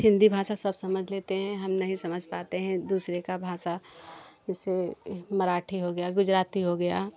हिंदी भाषा सब समझ लेते हैं हम नहीं समझ पाते हैं दूसरे का भाषा जैसे ये मराठी हो गया गुजराती हो गया